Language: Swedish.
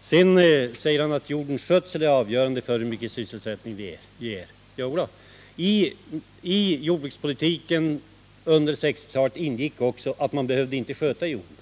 Sedan sade han att jordens skötsel är avgörande för hur mycket sysselsättning det ger. Jadå, men i jordbrukspolitiken under 1960-talet ingick också att man inte behövde sköta jorden.